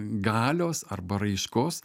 galios arba raiškos